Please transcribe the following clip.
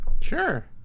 Sure